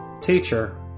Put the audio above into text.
Teacher